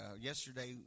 yesterday